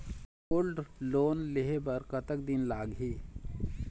Gold loan लेहे बर कतका दिन लगही?